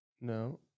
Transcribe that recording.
No